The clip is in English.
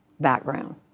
background